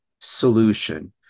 solution